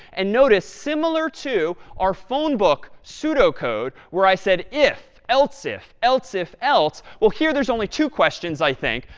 and notice similar to our phone book pseudocode, where i said if else, if else, if else, well, here there's only two questions, i think,